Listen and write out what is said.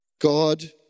God